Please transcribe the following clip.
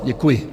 Děkuji.